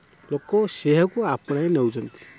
ଲୋକ ସେଇଆକୁ ଆପଣାଇ ନେଉଛନ୍ତି